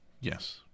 Yes